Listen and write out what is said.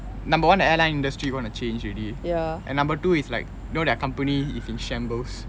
number one airline industry going to change already and number two is like you know that company is in shambles